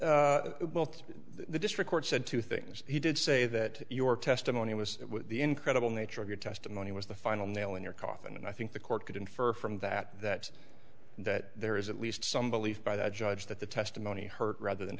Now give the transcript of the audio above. both the district court said two things he did say that your testimony was the incredible nature of your testimony was the final nail in your coffin and i think the court could infer from that that that there is at least some belief by the judge that the testimony hurt rather than